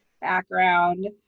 background